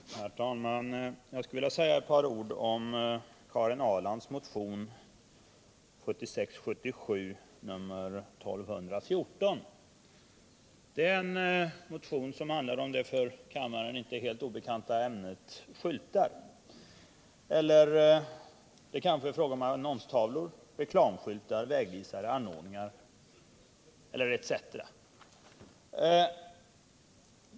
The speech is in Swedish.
Herr talman! Jag skulle vilja säga ett par ord om Karin Ahrlands motion 1976/77:1214. Det är en motion som handlar om det för kammaren inte helt obekanta ämnet skyltar — eller det kanske är fråga om annonstavlor, reklamskyltar, vägvisare, anordningar etc.